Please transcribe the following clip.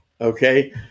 Okay